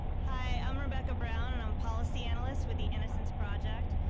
hi, i'm rebecca brown and i'm policy analyst with the innocence project,